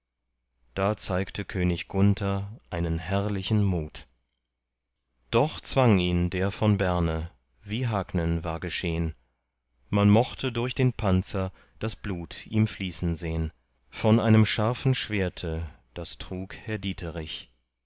da zeigte könig gunther einen herrlichen mut doch zwang ihn der von berne wie hagnen war geschehn man mochte durch den panzer das blut ihm fließen sehn von einem scharfen schwerte das trug herr dieterich